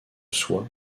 soi